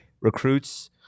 recruits